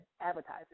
advertisers